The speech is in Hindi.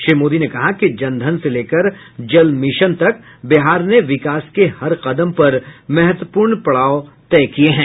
श्री मोदी ने कहा कि जन धन से लेकर जल मिशन तक बिहार ने विकास के हर कदम पर महत्वपूर्ण पड़ाव तय किये हैं